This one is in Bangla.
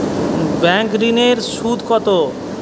ব্যাঙ্ক ঋন এর সুদ কত?